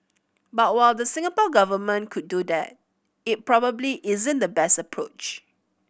but while the Singapore Government could do that it probably isn't the best approach